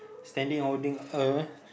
standing holding a